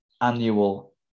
annual